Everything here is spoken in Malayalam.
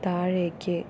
താഴേക്ക്